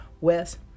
west